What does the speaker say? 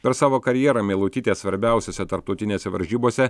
per savo karjerą meilutytė svarbiausiose tarptautinėse varžybose